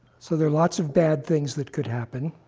so there are lots of bad things that could happen.